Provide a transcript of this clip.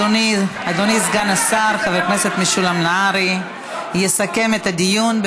אדוני סגן השר חבר הכנסת משולם נהרי יסכם את הדיון.